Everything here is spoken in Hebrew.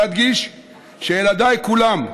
ואדגיש שילדיי כולם,